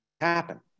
happen